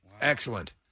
excellent